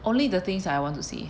only the things that I want to see